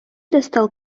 достал